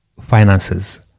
finances